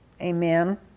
Amen